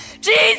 Jesus